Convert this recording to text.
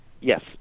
Yes